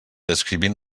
descrivint